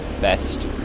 best